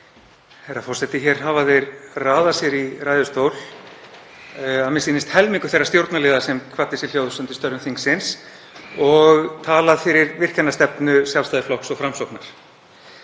Herra forseti. Hér hafa þeir raðað sér í ræðustól, að mér sýnist helmingur þeirra stjórnarliða sem kvaddi sér hljóðs undir störfum þingsins og talað fyrir virkjunarstefnu Sjálfstæðisflokks og Framsóknar.